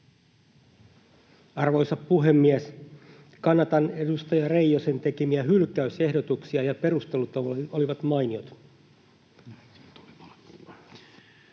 Arvoisa puhemies! Kannatan edustaja Reijosen tekemiä hyl-käysehdotuksia. Perustelut olivat mainiot.